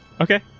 Okay